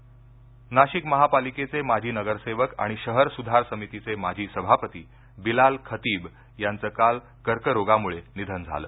निधन नाशिक महापालिकेचे माजी नगरसेवक आणि शहर सुधार समितीचे माजी सभापती बिलाल खतीब यांचं काल कर्करोगामुळे निधन झालं